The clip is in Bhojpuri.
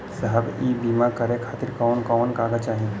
साहब इ बीमा करें खातिर कवन कवन कागज चाही?